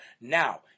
Now